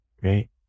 Great